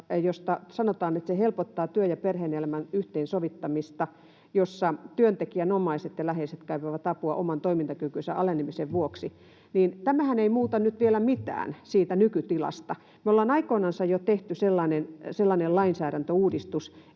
josta sanotaan, että se helpottaa työn ja perhe-elämän yhteensovittamista tilanteessa, jossa työntekijän omaiset ja läheiset kaipaavat apua oman toimintakykynsä alenemisen vuoksi, niin tämähän ei muuta nyt vielä mitään siitä nykytilasta. Me ollaan aikoinansa jo tehty sellainen lainsäädäntöuudistus